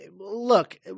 Look